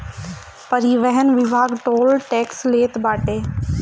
परिवहन विभाग toll tax लेत बाटे